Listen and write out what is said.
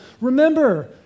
Remember